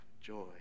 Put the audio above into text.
joy